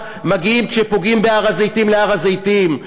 מגיעים כשפוגעים בהר-הזיתים להר-הזיתים,